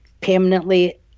permanently